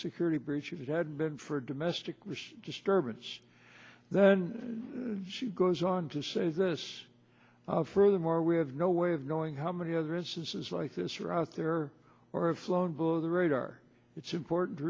security breach it had been for domestic disturbance then she goes on to say this furthermore we have no way of knowing how many other instances like this are out there or a flown below the radar it's important to